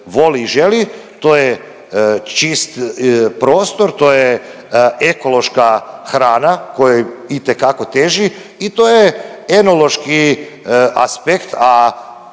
voli i želi, to je čist prostor, to je ekološka hrana kojoj itekako teži i to je enološki aspekt,